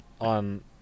on